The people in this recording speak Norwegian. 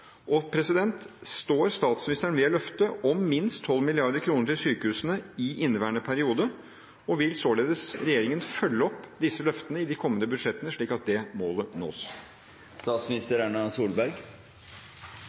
Står statsministeren ved løftet om minst 12 mrd. kr til sykehusene i inneværende periode, og vil regjeringen således følge opp disse løftene i de kommende budsjettene, slik at dette målet nås?